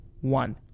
one